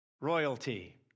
royalty